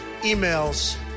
emails